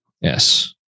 Yes